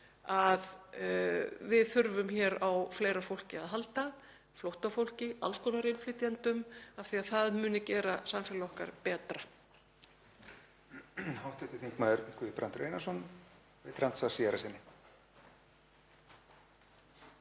að við þurfum á fleira fólki að halda, flóttafólki, alls konar innflytjendum, af því að það muni gera samfélag okkar betra.